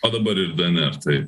o dabar ir dnr tai